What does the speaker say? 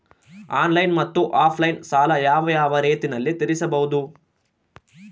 Online ಮತ್ತೆ offline ಸಾಲ ಯಾವ ಯಾವ ರೇತಿನಲ್ಲಿ ತೇರಿಸಬಹುದು?